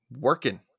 Working